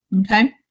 okay